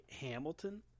Hamilton